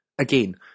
Again